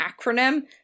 acronym